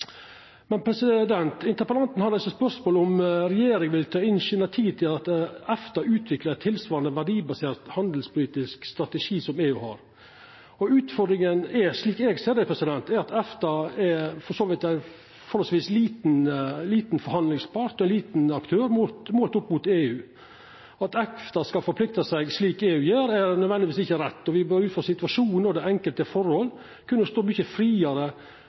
Interpellanten reiser spørsmål om regjeringa vil ta initiativ til at EFTA utviklar ein tilsvarande, verdibasert handelspolitisk strategi som det EU har. Utfordringa er, slik eg ser det, at EFTA for så vidt er ein forholdsvis liten forhandlingspart og liten aktør målt opp mot EU. At EFTA skal forplikta seg slik EU gjer, er nødvendigvis ikkje rett, og me bør ut frå situasjonen og det enkelte forhold kunna stå mykje friare